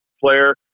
player